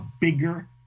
bigger